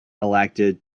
elected